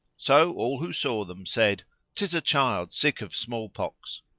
so all who saw them said tis a child sick of small-pox.